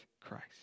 Christ